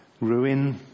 ruin